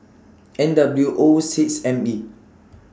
N W O six M E